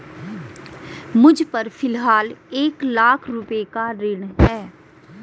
मुझपर फ़िलहाल एक लाख रुपये का ऋण है